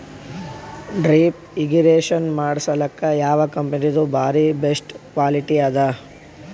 Drip irrigation ಮಾಡಸಲಕ್ಕ ಯಾವ ಕಂಪನಿದು ಬಾರಿ ಬೆಸ್ಟ್ ಕ್ವಾಲಿಟಿ ಅದ?